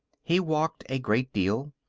he walked a great deal.